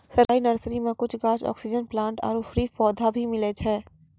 सरकारी नर्सरी मॅ कुछ गाछ, ऑक्सीजन प्लांट आरो फ्री पौधा भी मिलै छै